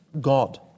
God